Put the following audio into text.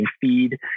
feed